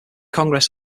congress